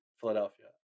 Philadelphia